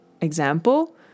example